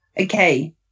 Okay